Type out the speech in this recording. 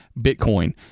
Bitcoin